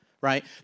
right